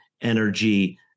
energy